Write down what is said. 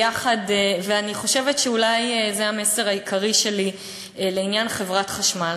ואני חושבת שאולי זה המסר העיקרי שלי לעניין חברת חשמל.